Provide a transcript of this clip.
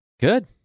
Good